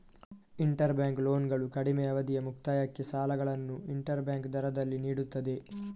inter bank ಲೋನ್ಗಳು ಕಡಿಮೆ ಅವಧಿಯ ಮುಕ್ತಾಯಕ್ಕೆ ಸಾಲಗಳನ್ನು ಇಂಟರ್ ಬ್ಯಾಂಕ್ ದರದಲ್ಲಿ ನೀಡುತ್ತದೆ